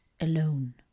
alone